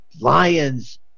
lions